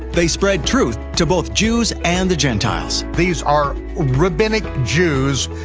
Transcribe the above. they spread truth to both jews and the gentiles. these are rabbinic jews,